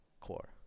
core